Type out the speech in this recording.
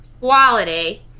quality